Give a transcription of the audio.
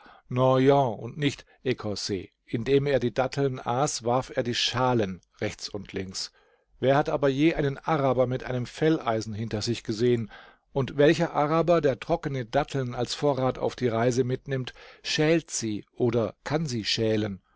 und nicht corces indem er die datteln aß warf er die schalen rechts und links wer hat aber je einen araber mit einem felleisen hinter sich gesehen und welcher araber der trockene datteln als vorrat auf die reise mitnimmt schält sie oder kann sie schälen